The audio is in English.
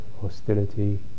hostility